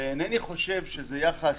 ואיני חושב שזה יחס